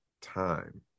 time